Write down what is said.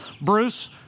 Bruce